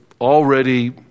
already